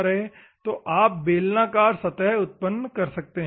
तो आप बेलनाकार सतह उत्पन्न कर सकते हैं